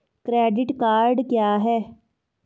Credit card क्या है?